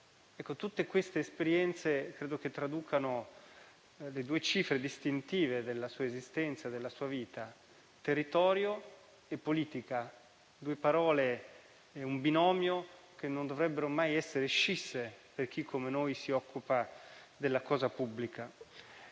che tutte queste esperienze traducano le due cifre distintive della sua esistenza e della sua vita: territorio e politica. Sono due parole, un binomio, che non dovrebbe mai essere scisso per chi, come noi, si occupa della cosa pubblica.